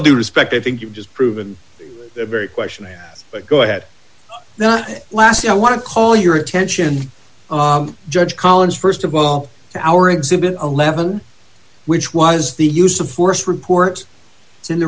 due respect i think you've just proven that very question but go ahead not last i want to call your attention judge collins st of all our exhibit eleven which was the use of force report in the